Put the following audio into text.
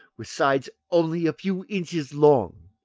with sides only a few inches long.